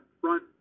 front